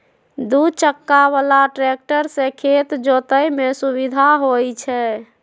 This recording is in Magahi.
दू चक्का बला ट्रैक्टर से खेत जोतय में सुविधा होई छै